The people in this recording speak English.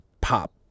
pop